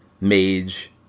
mage